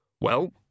Well